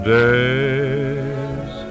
days